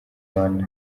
rwanda